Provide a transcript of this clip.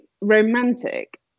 romantic